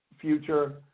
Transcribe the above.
future